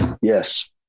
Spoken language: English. Yes